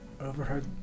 overheard